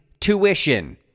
tuition